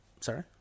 Sorry